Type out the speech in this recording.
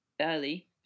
early